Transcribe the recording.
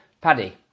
Paddy